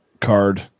card